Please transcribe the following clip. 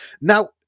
Now